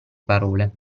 parole